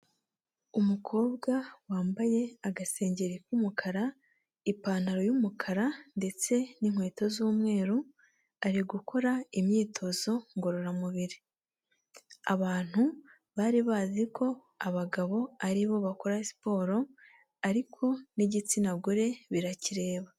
Umukobwa wambaye agasengeri k'umukara ipantaro y'umukara ndetse n'inkweto z'umweru, ari gukora imyitozo ngororamubiri, abantu bari bazi ko abagabo ari bo bakora siporo ariko n'igitsina gore birakirereba.